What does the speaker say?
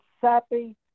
sappy